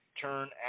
turn